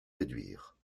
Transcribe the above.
réduire